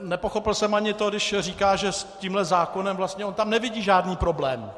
Nepochopil jsem ani to, když říká, že s tímhle zákonem vlastně on tam nevidí žádný problém.